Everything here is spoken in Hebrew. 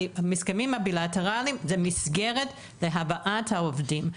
ההסכמים הבילטרליים זאת מסגרת להבאת העובדים,